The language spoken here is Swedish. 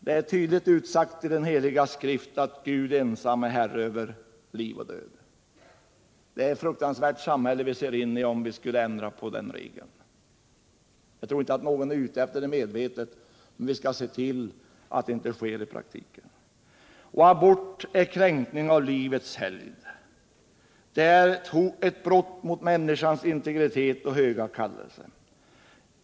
Det är tydligt utsagt i Den heliga skrift att Gud ensam är herre över liv och död. Det är ett fruktansvärt samhälle vi ser in i om vi skulle ändra på den regeln. Jag tror inte att någon medvetet är ute efter det, men vi skall se till att det inte sker i praktiken. Abort är kränkning av livets helgd. Den är ett brott mot människans integritet och höga kallelse.